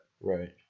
right